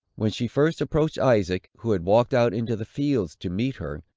when she first approached isaac, who had walked out into the fields to meet her,